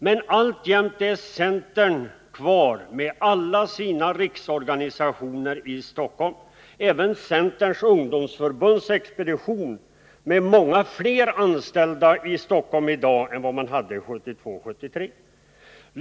Men alltjämt är centern kvar med alla sina riksorganisationer i Stockholm, även ungdomsförbundets expedition med många fler anställda i Stockholm i dag än vad man hade 1972-1973.